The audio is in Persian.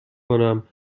کنم